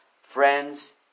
Friends